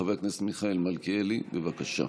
חבר הכנסת מיכאל מלכיאלי, בבקשה.